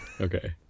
Okay